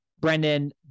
Brendan